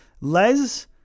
les